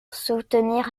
soutenir